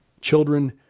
Children